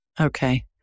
Okay